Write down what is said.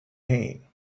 pain